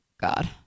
God